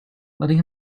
letting